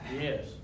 Yes